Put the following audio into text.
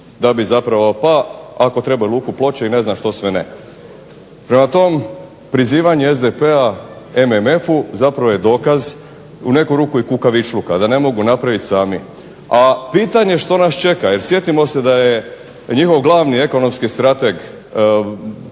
da bi zapravo pa ako treba i Luku Ploče i ne znam što sve ne. Prema tome, prizivanje SDP-a MMF-u zapravo je dokaz u neku ruku i kukavičluka, da ne mogu napraviti sami. A pitanje što nas čeka, jer sjetimo se da je njihov glavni ekonomski strateg